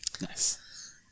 Nice